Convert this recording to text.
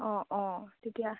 অঁ অঁ তেতিয়া